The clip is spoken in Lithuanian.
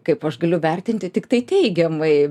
kaip aš galiu vertinti tiktai teigiamai